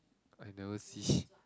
I never see